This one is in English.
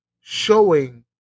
showing